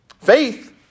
Faith